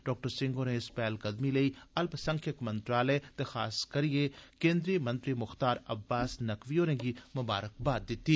doctor Singh होरें इस पैह्लकदमी लेई अल्पसंख्यक मंत्रालय ते खासतौर पर केन्द्री मंत्री मुख्तार अब्बास नकवी होरें'गी मुबारकबाद दित्ती